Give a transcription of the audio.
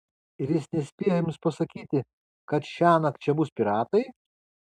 ir jis nespėjo jums pasakyti kad šiąnakt čia bus piratai